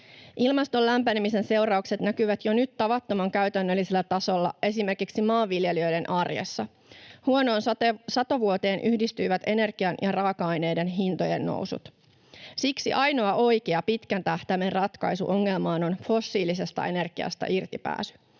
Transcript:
Ilmaston lämpenemisen seuraukset näkyvät jo nyt tavattoman käytännöllisellä tasolla esimerkiksi maanviljelijöiden arjessa. Huonoon satovuoteen yhdistyivät energian ja raaka-aineiden hintojen nousut. Siksi ainoa oikea pitkän tähtäimen ratkaisu ongelmaan on fossiilisesta energiasta irti pääsy,